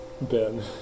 Ben